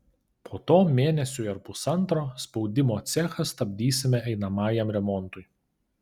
po to mėnesiui ar pusantro spaudimo cechą stabdysime einamajam remontui